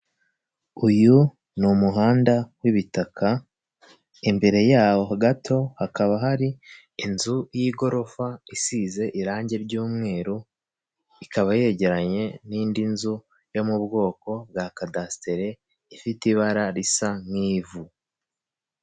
Uyu ni umuhanda w'ibitaka imbere yaho gato hakaba hari inzu y'igorofa isize irangi ry'umweru; ikaba yegeranye n'indi nzu yo mu bwoko bwa cadasiteri ifite ibara risa nk'ivu.